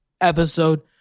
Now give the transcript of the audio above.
episode